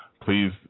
please